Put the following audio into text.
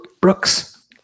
Brooks